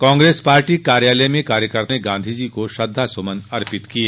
Congress party कार्यालय में कार्यकर्ताओं ने गांधी जी को श्रद्धा सुमन अर्पित किये